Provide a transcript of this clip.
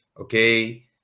okay